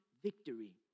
Victory